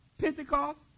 Pentecost